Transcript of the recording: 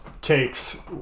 takes